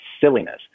silliness